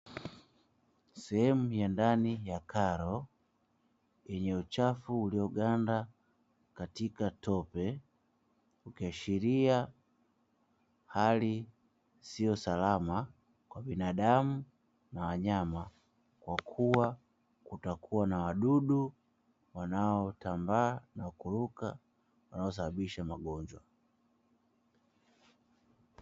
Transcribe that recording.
Sehemu ya ndani ya karo yenye uchafu ulioganda katika tope ukiashiria hali sio salama kwa binadamu na wanyama, kwakuwa kutakuwa na wadudu wanaotambaa na kuruka wanaosababisha magonjwa.